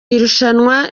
irushanwa